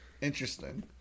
interesting